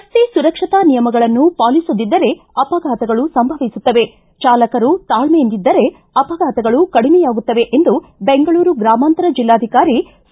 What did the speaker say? ರಸ್ತೆ ಸುರಕ್ಷತಾ ನಿಯಮಗಳನ್ನು ಪಾಲಿಸಲಿದ್ದರೆ ಅಪಘಾತಗಳು ಸಂಭವಿಸುತ್ತವೆ ಚಾಲಕರು ತಾಳ್ಲೆಯಿಂದಿದ್ದರೆ ಅಪಘಾತಗಳು ಕಡಿಮೆಯಾಗುತ್ತವೆ ಎಂದು ಬೆಂಗಳೂರು ಗ್ರಾಮಾಂತರ ಜಿಲ್ಲಾಧಿಕಾರಿ ಸಿ